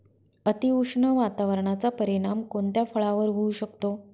अतिउष्ण वातावरणाचा परिणाम कोणत्या फळावर होऊ शकतो?